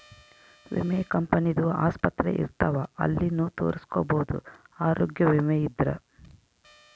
ವಿಮೆ ಕಂಪನಿ ದು ಆಸ್ಪತ್ರೆ ಇರ್ತಾವ ಅಲ್ಲಿನು ತೊರಸ್ಕೊಬೋದು ಆರೋಗ್ಯ ವಿಮೆ ಇದ್ರ